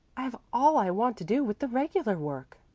i have all i want to do with the regular work.